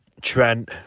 Trent